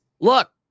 Look